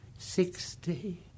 sixty